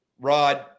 Rod